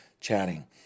chatting